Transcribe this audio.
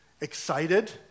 excited